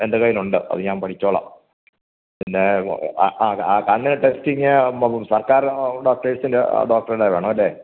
എൻ്റെ കയ്യിലുണ്ട് അത് ഞാൻ പഠിച്ചോളാം പിന്നെ ആ ആ തന്ന ടെസ്റ്റിംഗ് സർക്കാര് ഡോക്ടഴ്സിൻ്റെ ഡോക്ടറുടെ വേണമല്ലേ